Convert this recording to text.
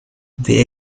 the